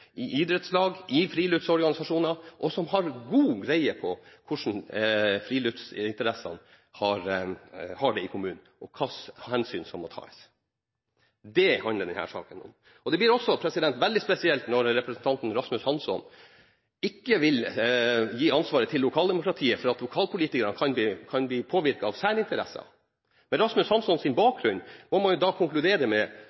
i idrettslag og i friluftsorganisasjoner, og som har god greie på hvordan friluftsinteressene har det i kommunen, og hva slags hensyn som må tas. Det handler denne saken om. Det blir også veldig spesielt når representanten Rasmus Hansson ikke vil gi ansvaret til lokaldemokratiet, for lokalpolitikerne kan bli påvirket av særinteresser. Med Rasmus Hanssons bakgrunn må jeg da konkludere med at Hansson mener at det skal være rikspolitikernes privilegium å bli påvirket av